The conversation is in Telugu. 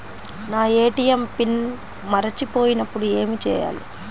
నా ఏ.టీ.ఎం పిన్ మరచిపోయినప్పుడు ఏమి చేయాలి?